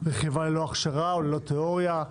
רכיבה ללא הכשרה או ללא תיאוריה,